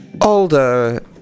older